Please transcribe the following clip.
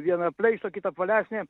viena pleišto kita apvalesnė